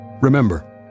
Remember